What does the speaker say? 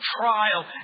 trial